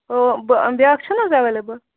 بیاکھ چھِ نہٕ حظ اَیویلِبٕل